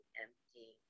empty